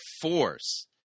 force